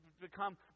become